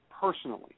personally